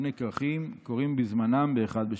ובני כרכים קוראים בזמנם באחד בשבת.